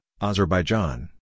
Azerbaijan